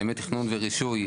באמת תכנון ורישוי,